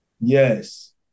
Yes